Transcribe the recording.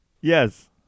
Yes